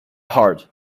hard